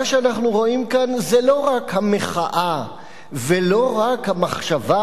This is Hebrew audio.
מה שאנחנו רואים כאן זה לא רק המחאה ולא רק המחשבה